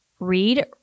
Read